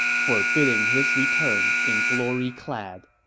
forbidding his return in glory clad